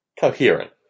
coherent